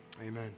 Amen